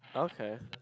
okay